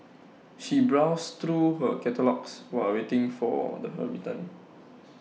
she browsed through her catalogues while A waiting for the her return